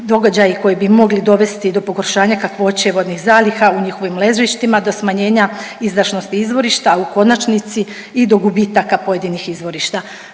događaji koji bi mogli dovesti do pogoršanja kakvoće vodnih zaliha u njihovim ležištima, do smanjenje izdašnosti izvorišta, a u konačnici i do gubitaka pojedinih izvorišta.